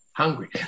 hungry